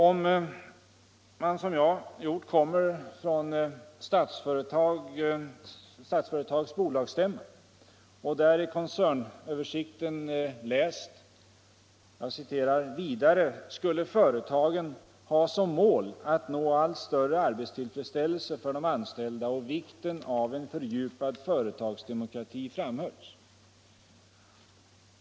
Om man, som jag gjort tidigare i dag, deltagit i Statsföretags bolagsstämma och läst i koncernöversikten: "Vidare skulle företagen ha som mål att nå allt större arberstillfredsställelse för de anställda och vikten av en fördjupad företagsdemokrati framhölls”.